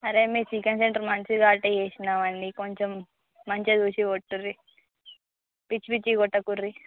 అరే మీ chicken centre మంచిది కాబట్టి చేసినాం అండి కొంచెం మంచిగా చూసి కొట్టుర్రి పిచ్చి పిచ్చివి కొట్టకుర్రి